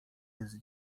jest